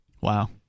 Wow